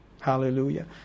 Hallelujah